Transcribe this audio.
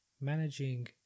managing